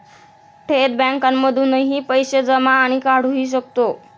थेट बँकांमधूनही पैसे जमा आणि काढुहि शकतो